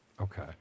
Okay